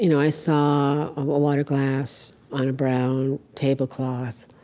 you know i saw a water glass on a brown tablecloth,